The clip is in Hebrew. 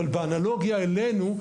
אבל באנלוגיה אלינו,